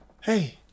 hey